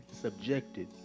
subjected